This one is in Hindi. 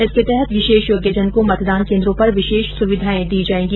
इसके तहत विशेष योग्यजन को मतदान केन्द्रों पर विशेष सुविधाएं प्रदान की जायेंगी